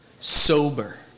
Sober